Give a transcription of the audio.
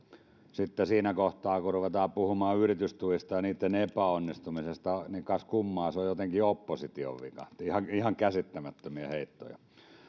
sitten siinä kohtaa kun ruvetaan puhumaan yritystuista ja niitten epäonnistumisista niin kas kummaa se on jotenkin opposition vika ihan ihan käsittämättömiä heittoja